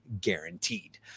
guaranteed